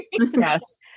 Yes